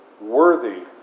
worthy